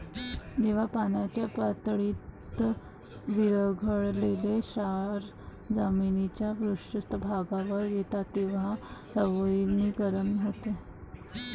जेव्हा पाण्याच्या पातळीत विरघळलेले क्षार जमिनीच्या पृष्ठभागावर येतात तेव्हा लवणीकरण होते